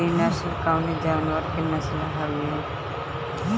गिरी नश्ल कवने जानवर के नस्ल हयुवे?